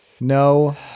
No